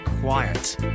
quiet